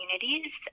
communities